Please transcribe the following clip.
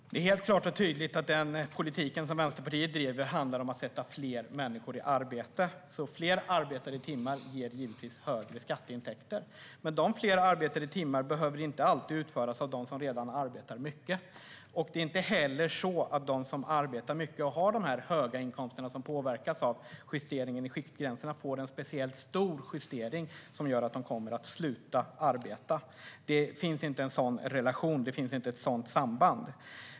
Herr talman! Det är helt klart och tydligt att den politik som Vänsterpartiet driver handlar om att sätta fler människor i arbete, för fler arbetade timmar ger givetvis högre skatteintäkter. Men de fler arbetade timmarna behöver inte alltid utföras av dem som redan arbetar mycket. Det är inte heller så att de som arbetar mycket, och som har de höga inkomsterna som påverkas av justeringen av skiktgränserna, får en speciellt stor justering som gör att de kommer att sluta arbeta. Det finns inte något sådant samband.